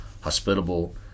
hospitable